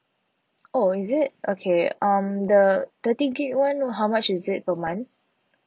oh is it okay um the thirty gig [one] how much is it per month